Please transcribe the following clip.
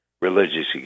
religious